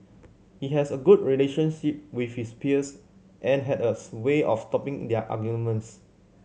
he has a good relationship with his peers and had a sway of stopping their arguments